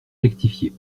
rectifié